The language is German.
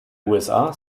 usa